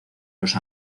los